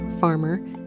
farmer